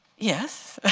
yes,